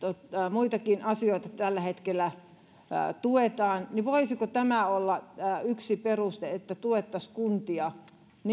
muitakin asioita tällä hetkellä tuetaan niin voisiko tämä olla yksi peruste että tuettaisiin kuntia